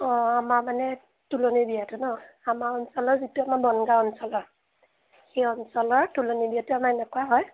অঁ আমাৰ মানে তুলনী বিয়াটো ন আমাৰ অঞ্চল যিটো আমাৰ বনগাঁও অঞ্চলত সেই অঞ্চলৰ তুলনী বিয়াটো আমাৰ এনেকুৱা হয়